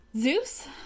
zeus